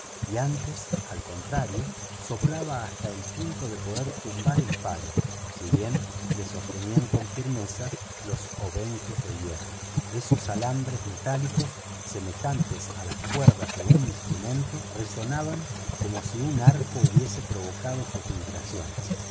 y antes al contrario soplaba hasta el punto de poder tumbar el palo si bien le sostenían con firmeza los obenques de hierro esos alambres metálicos semejantes a las cuerdas de un instrumento resonaban como si un arco hubiese provocado sus vibraciones